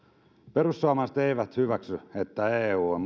perussuomalaiset eivät hyväksy että eu on